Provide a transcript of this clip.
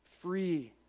free